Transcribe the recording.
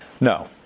No